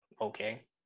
okay